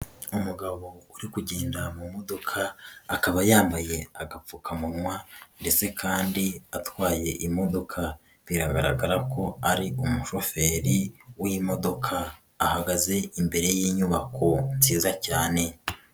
Umugabo uri kugenda mu modoka, akaba yambaye agapfukamunwa ndetse kandi atwaye imodoka biragaragara ko ari umushoferi w'imodoka, ahagaze imbere y'inyubako nziza cyane.